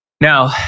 Now